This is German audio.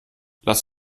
lass